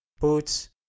boots